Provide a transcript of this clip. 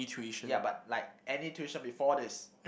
ya but like any tuition before this